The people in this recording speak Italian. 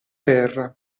terra